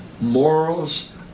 morals